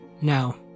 Now